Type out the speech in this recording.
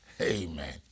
Amen